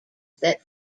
that